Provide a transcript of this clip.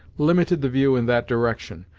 limited the view in that direction,